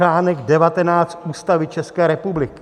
Článek 19 Ústavy České republiky.